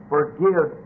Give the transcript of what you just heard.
Forgive